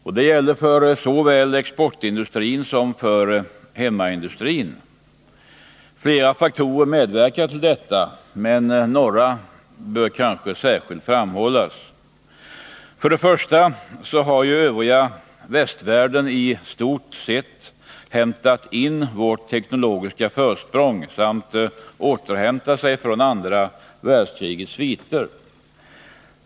Detta gäller såväl för exportindustrin som för hemmaindustrin. Flera faktorer medverkar till detta, men några bör kanske särskilt framhållas. För det första har den övriga västvärlden i stort sett hämtat in vårt teknologiska försprång samt återhämtat sig från andra världskrigets sviter.